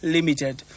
Limited